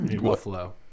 Buffalo